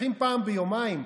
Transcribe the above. מתקלחים פעם ביומיים.